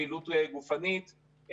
פעילות גופנית,